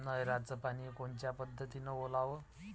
नयराचं पानी कोनच्या पद्धतीनं ओलाव?